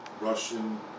Russian